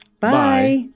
Bye